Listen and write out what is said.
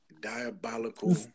diabolical